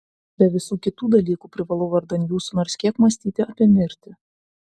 be visų kitų dalykų privalau vardan jūsų nors kiek mąstyti apie mirtį